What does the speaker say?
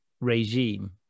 regime